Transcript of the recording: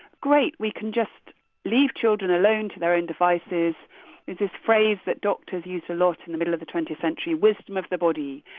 great, we can just leave children alone to their own devices. there's this phrase that doctors used a lot in the middle of the twentieth century wisdom of the body.